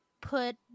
put